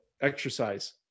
exercise